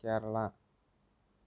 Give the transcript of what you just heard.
Kerala